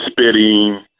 spitting